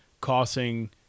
causing